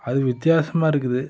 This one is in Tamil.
அது வித்தியாசமாக இருக்குது